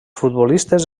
futbolistes